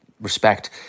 respect